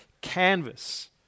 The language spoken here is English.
canvas